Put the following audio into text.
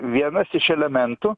vienas iš elementų